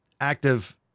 active